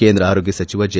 ಕೇಂದ್ರ ಆರೋಗ್ಲ ಸಚಿವ ಜೆ